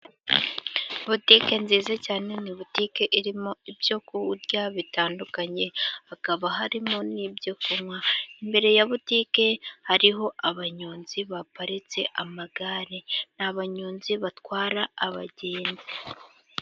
Butike nziza cyane, ni butike irimo ibyo kurya bitandukanye, hakaba harimo n'ibyo kunywa. Imbere ya butike hariho abanyonzi baparitse amagare. Ni abanyonzi batwara abagenzi.